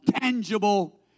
tangible